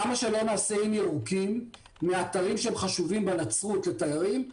למה שלא נעשה איים ירוקים מאתרים שהם חשובים בנצרות לתיירים,